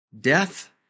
Death